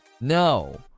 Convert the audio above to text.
no